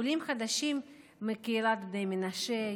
עולים חדשים מקהילת בני מנשה,